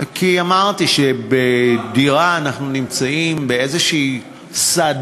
כי, אמרתי, בדירה אנחנו נמצאים באיזה סד,